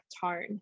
tone